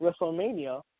WrestleMania